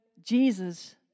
Jesus